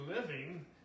living